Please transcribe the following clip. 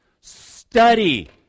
study